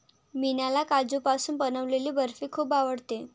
मीनाला काजूपासून बनवलेली बर्फी खूप आवडते